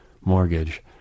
mortgage